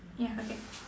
ya okay